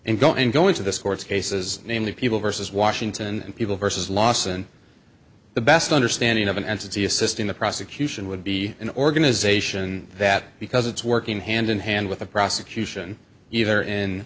and go and go into this court's cases namely people versus washington people versus loss and the best understanding of an entity assisting the prosecution would be an organization that because it's working hand in hand with a prosecution either in